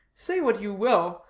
say what you will,